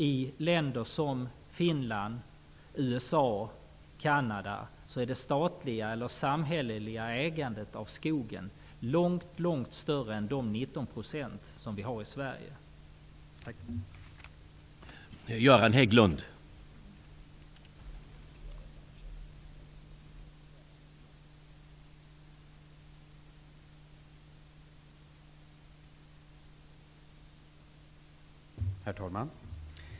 I länder som Finland, USA och Canada är det statliga, samhälleliga, ägandet av skogen långt större än 19 %, vilket det är i Sverige.